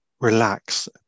relax